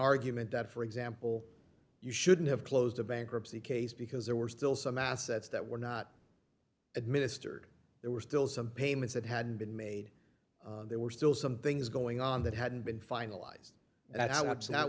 argument that for example you shouldn't have closed the bankruptcy case because there were still some assets that were not administered there were still some payments that had been made there were still some things going on that hadn't been finalized that